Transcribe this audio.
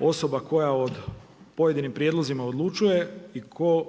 osoba koja o pojedinim prijedlozima odlučuje i tko